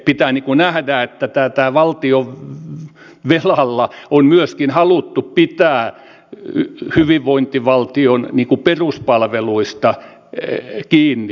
pitää nähdä että tällä valtionvelalla on myöskin haluttu pitää hyvinvointivaltion peruspalveluista kiinni